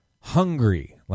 hungry